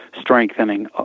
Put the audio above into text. strengthening